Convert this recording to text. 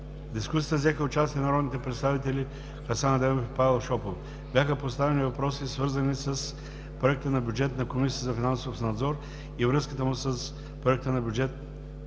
дискусията участие взеха народните представители Хасан Адемов и Павел Шопов. Бяха поставени въпроси, свързани с проекта на бюджета на Комисията за финансов надзор и връзката му с проекта за бюджет